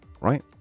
right